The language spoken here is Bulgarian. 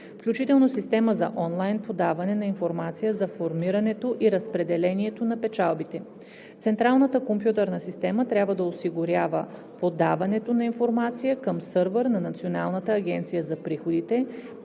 включително система за онлайн подаване на информация за формирането и разпределението на печалбите. Централната компютърна система трябва да осигурява подаването на информация към сървър на Националната агенция за приходите,